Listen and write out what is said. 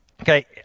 Okay